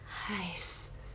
!hais!